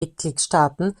mitgliedstaaten